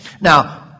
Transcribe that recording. Now